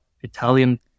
Italian